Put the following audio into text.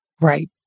Right